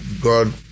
God